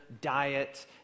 diet